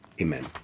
Amen